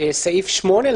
סעיף 8,